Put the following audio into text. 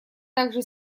также